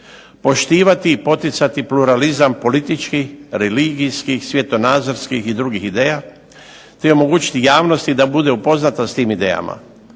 poštivati i poticati pluralizam političkih, religijskih, svjetonazorskih i drugih ideja, te omogućiti javnosti da bude upoznata sa tim idejama.